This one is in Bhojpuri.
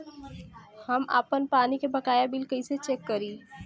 हम आपन पानी के बकाया बिल कईसे चेक करी?